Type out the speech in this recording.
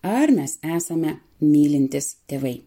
ar mes esame mylintys tėvai